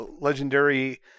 legendary